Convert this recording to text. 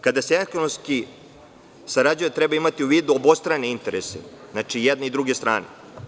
Kada se ekonomski sarađuje, treba imati u vidu obostrane interese, i jedne i druge strane.